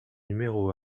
numéro